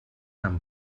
amb